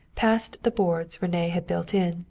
past the boards rene had built in,